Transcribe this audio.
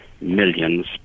millions